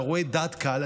אתה רואה דעת קהל,